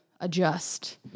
adjust